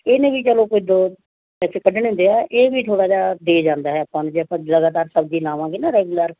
ਇਹਨੇ ਵੀ ਚੱਲੋ ਕੋਈ ਦੋ ਪੈਸੇ ਕੱਢਣੇ ਹੁੰਦੇ ਆ ਇਹ ਵੀ ਥੋੜ੍ਹਾ ਜਿਹਾ ਦੇ ਜਾਂਦਾ ਹੈ ਆਪਾਂ ਨੂੰ ਜੇ ਆਪਾਂ ਲਗਾਤਾਰ ਸਬਜ਼ੀ ਲਵਾਂਗੇ ਨਾ ਰੈਗੂਲਰ